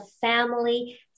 family